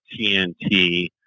TNT